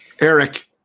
Eric